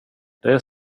det